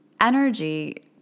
energy